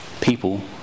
people